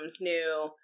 new